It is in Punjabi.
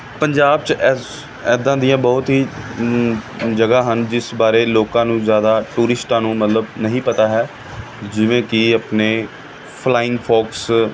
ਪੰਜਾਬ 'ਚ ਇਸ ਐਦਾਂ ਦੀਆਂ ਬਹੁਤ ਹੀ ਜਗ੍ਹਾ ਹਨ ਜਿਸ ਬਾਰੇ ਲੋਕਾਂ ਨੂੰ ਜ਼ਿਆਦਾ ਟੂਰਿਸਟਾਂ ਨੂੰ ਮਤਲਬ ਨਹੀਂ ਪਤਾ ਹੈ ਜਿਵੇਂ ਕਿ ਆਪਣੇ ਫਲਾਇੰਗ ਫੋਕਸ